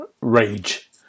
rage